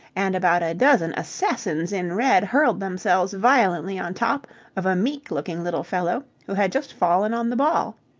and about a dozen assassins in red hurled themselves violently on top of a meek-looking little fellow who had just fallen on the ball.